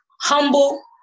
humble